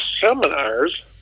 seminars